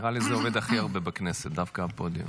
נראה לי שזה עובד הכי הרבה בכנסת, דווקא הפודיום.